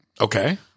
Okay